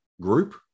group